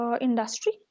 industry